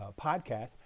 podcast